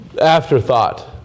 afterthought